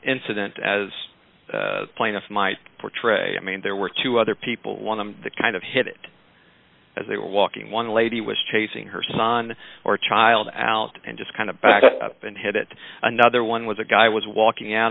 incident as plaintiff might portray i mean there were two other people one of the kind of hit as they were walking one lady was chasing her son or child out and just kind of backed up and hit another one was a guy was walking out